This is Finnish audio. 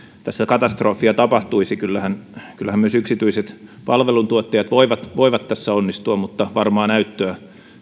tässä välttämättä katastrofia tapahtuisi koska kyllähän myös yksityiset palveluntuottajat voivat voivat tässä onnistua mutta varmaa näyttöä